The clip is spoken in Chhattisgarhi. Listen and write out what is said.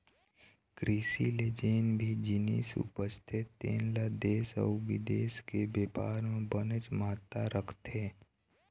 कृषि ले जेन भी जिनिस उपजथे तेन ल देश अउ बिदेश के बेपार म बनेच महत्ता रखथे